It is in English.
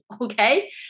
okay